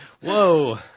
Whoa